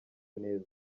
neza